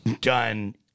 done